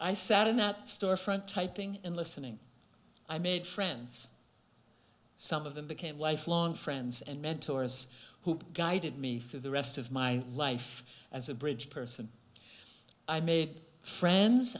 i sat in that storefront typing and listening i made friends some of them became lifelong friends and mentors who guided me for the rest of my life as a bridge person i made friends